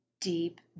deep